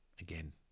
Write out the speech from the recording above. Again